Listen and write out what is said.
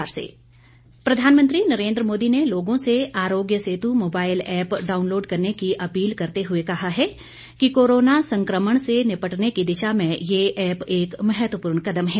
प्रधानमंत्री आरोग्य सेत् प्रधानमंत्री नरेंद्र मोदी ने लोगों से Aarogya Setu mobile app download करने की अपील करते हुए कहा है कि कोरोना संक्रमण से निपटने की दिशा में यह ऐप एक महत्वपूर्ण कदम है